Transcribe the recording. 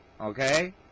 okay